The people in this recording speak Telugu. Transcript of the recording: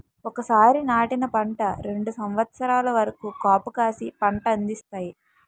ఒకసారి నాటిన పంట రెండు సంవత్సరాల వరకు కాపుకాసి పంట అందిస్తాయి